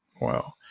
Wow